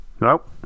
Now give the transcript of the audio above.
Nope